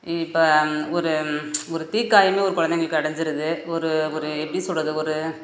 இப்போ ஒரு ஒரு தீக்காயமே ஒரு குழந்தைங்களுக்கு அடைஞ்சிருது ஒரு ஒரு எப்படி சொல்கிறது ஒரு